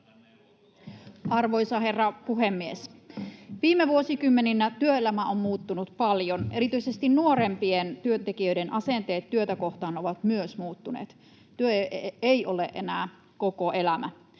Arvoisa herra puhemies! Viime vuosikymmeninä työelämä on muuttunut paljon. Erityisesti nuorempien työntekijöiden asenteet työtä kohtaan ovat muuttuneet. Työ ei ole enää koko elämä.